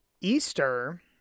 Easter